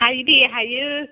हायो दे हायो